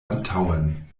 antaŭen